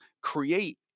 create